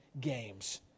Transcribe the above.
games